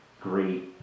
great